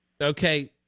Okay